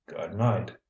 good-night